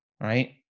Right